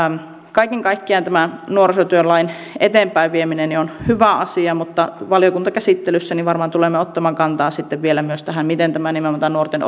kaiken kaikkiaan tämä nuorisolain eteenpäinvieminen on hyvä asia mutta valiokuntakäsittelyssä varmaan tulemme ottamaan kantaa sitten vielä myös tähän miten nimenomaan tätä nuorten